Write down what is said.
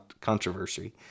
controversy